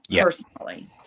personally